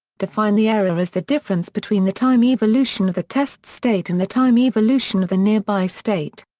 define the error as the difference between the time evolution of the test state and the time evolution of the nearby state.